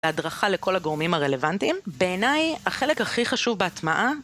והדרכה לכל הגורמים הרלוונטיים, בעיניי החלק הכי חשוב בהטמעה